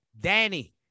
Danny